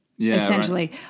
essentially